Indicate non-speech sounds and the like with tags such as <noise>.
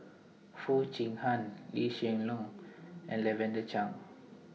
<noise> Foo Chee Han Lee Hsien Loong and Lavender Chang